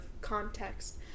context